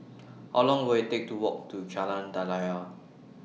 How Long Will IT Take to Walk to Jalan Daliah